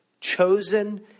chosen